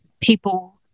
people